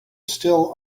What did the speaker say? still